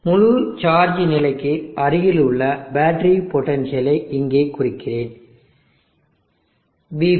முழு சார்ஜ் நிலைக்கு அருகில் உள்ள பேட்டரி பொட்டன்ஷியலை இங்கே குறிக்கிறேன் vB